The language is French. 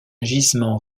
gisement